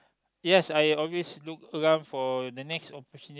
yes I always look to come for the next opportunity